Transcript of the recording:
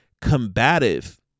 combative